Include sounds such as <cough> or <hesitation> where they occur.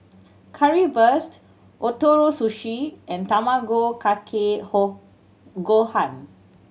Currywurst Ootoro Sushi and Tamago Kake <hesitation> Gohan